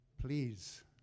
please